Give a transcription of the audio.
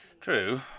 True